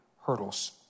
hurdles